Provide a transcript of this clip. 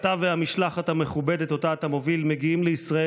אתה והמשלחת המכובדת שאותה אתה מוביל מגיעים לישראל